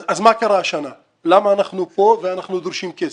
מה קרה השנה ולמה אנחנו כאן ודורשים כסף.